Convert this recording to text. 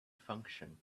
function